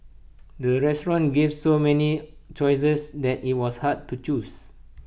the restaurant gave so many choices that IT was hard to choose